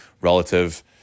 relative